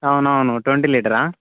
అవునవును ట్వంటీ లీటరా